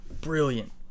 brilliant